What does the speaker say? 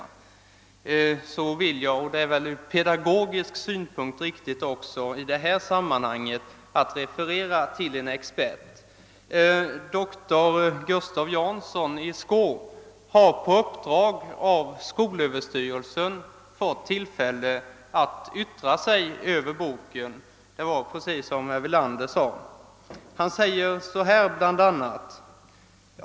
Jag vill — det är väl från pedagogisk synpunkt riktigt i detta sammanhang — referera till en expert. Doktor Gustav Jonsson i Skå har på uppdrag av skolöverstyrelsen fått tillfälle att yttra sig över kursboken. Det var precis som herr Nelander sade.